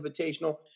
Invitational